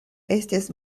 estis